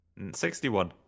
61